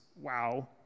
wow